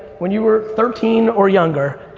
when you were thirteen or younger,